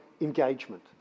engagement